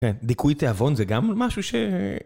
כן, דיכוי תיאבון זה גם משהו ש...